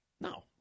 No